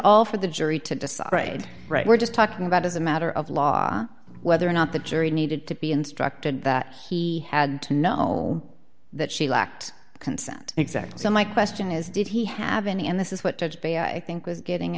all for the jury to decide right right we're just talking about as a matter of law whether or not the jury needed to be instructed that he had to know that she lacked consent exactly so my question is did he have any and this is what i think was getting